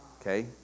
Okay